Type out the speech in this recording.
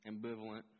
ambivalent